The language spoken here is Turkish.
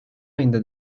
ayında